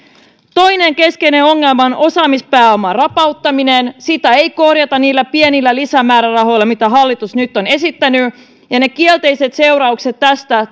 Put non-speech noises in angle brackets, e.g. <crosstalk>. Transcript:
toinen keskeinen ongelma on osaamispääoman rapauttaminen sitä ei korjata niillä pienillä lisämäärärahoilla mitä hallitus nyt on esittänyt ja ne kielteiset seuraukset tästä <unintelligible>